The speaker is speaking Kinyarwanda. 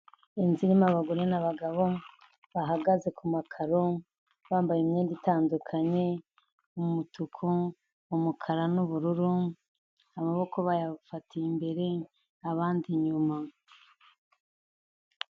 Inzu irimo abagore n'abagabo bahagaze ku makaro, bambaye imyenda itandukanye, umutuku, umukara n'ubururu, amaboko bayafatiye imbere, abandi inyuma.